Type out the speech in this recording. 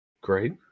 Great